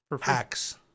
Hacks